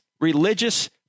religious